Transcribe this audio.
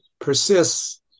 persists